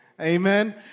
Amen